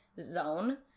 zone